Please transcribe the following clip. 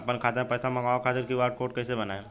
आपन खाता मे पैसा मँगबावे खातिर क्यू.आर कोड कैसे बनाएम?